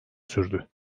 sürdü